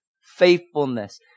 faithfulness